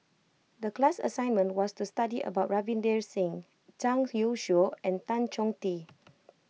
the class assignment was to study about Ravinder Singh Zhang Youshuo and Tan Chong Tee